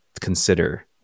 consider